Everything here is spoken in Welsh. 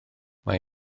mae